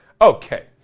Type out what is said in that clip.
Okay